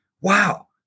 wow